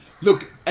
Look